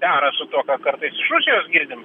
dera su tuo ką kartais kartais iš rusijos girdim